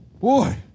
Boy